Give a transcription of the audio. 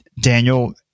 Daniel